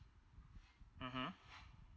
mmhmm